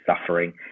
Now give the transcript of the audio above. suffering